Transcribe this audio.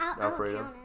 alfredo